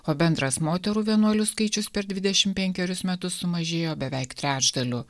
o bendras moterų vienuolių skaičius per dvidešimt penkerius metus sumažėjo beveik trečdaliu